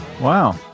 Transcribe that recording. Wow